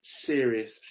serious